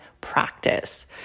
practice